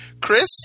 Chris